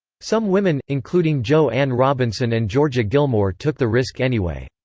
some women, including jo ann robinson and georgia gilmore took the risk anyway.